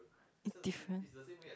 is different